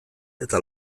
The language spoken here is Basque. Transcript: eta